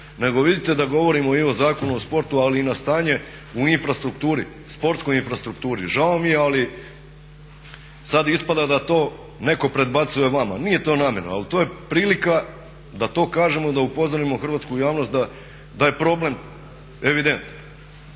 nego vidite da govorimo i o Zakonu o sportu ali i na stanje u infrastrukturi, sportskoj infrastrukturi. Žao mi je ali sad ispada da to netko predbacuje vama. Nije to namjerno, ali to je prilika da to kažemo, da upozorimo hrvatsku javnost da je problem evidentan.